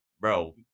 bro